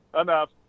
enough